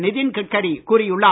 நிதின் கட்கரி கூறியுள்ளார்